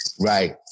Right